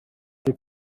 cyo